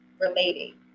relating